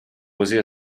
museo